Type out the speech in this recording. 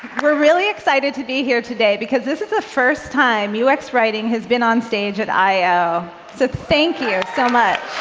we're really excited to be here today, because this is the first time ux writing has been on stage at i o, so thank you so much.